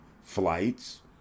flights